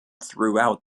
throughout